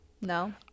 No